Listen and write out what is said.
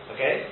Okay